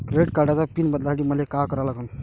Credit कार्डाचा pin बदलासाठी मले का करा लागन?